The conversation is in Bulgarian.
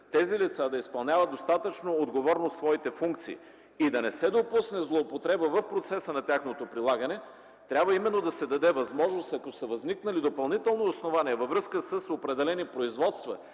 тези лица да изпълняват достатъчно отговорно своите функции и да не се допусне злоупотреба в процеса на тяхното прилагане, трябва да се даде възможност, ако са възникнали допълнителни основания във връзка с определени производства